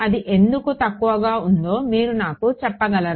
అది ఎందుకు తక్కువగా ఉందో మీరు నాకు చెప్పగలరా